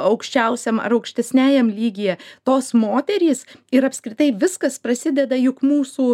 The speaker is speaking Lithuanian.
aukščiausiam ar aukštesniajam lygyje tos moterys ir apskritai viskas prasideda juk mūsų